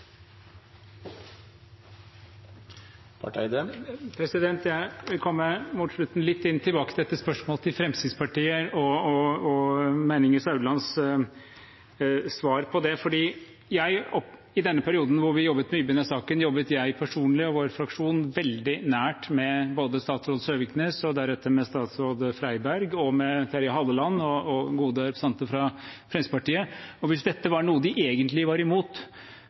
Jeg skal mot slutten komme litt tilbake til dette spørsmålet til Fremskrittspartiet og Meininger Saudlands svar på det. I den perioden hvor vi jobbet mye med denne saken, jobbet jeg personlig og vår fraksjon veldig nært med både tidligere statsråd Søviknes og deretter med statsråd Freiberg og med Terje Halleland og gode representanter fra Fremskrittspartiet. Hvis dette var noe de egentlig var imot,